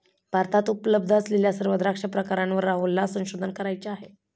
भारतात उपलब्ध असलेल्या सर्व द्राक्ष प्रकारांवर राहुलला संशोधन करायचे आहे